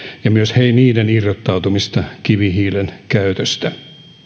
ja myös niiden irrottautumista kivihiilen käytöstä